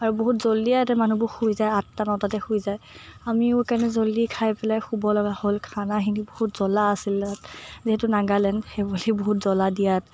আৰু বহুত জল্ডিয়ে ইয়াতে মানুহবোৰ শুই যায় আঠটা নটাতে শুই যায় আমিও সেইকাৰণে জল্ডি খাই পেলাই শুব লগা হ'ল খানাখিনি বহুত জলা আছিল তাত যিহেতু নাগালেণ্ড সেইবুলি বহুত জলা দিয়ে